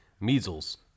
Measles